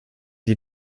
die